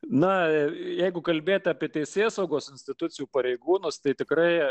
na jeigu kalbėti apie teisėsaugos institucijų pareigūnus tai tikrai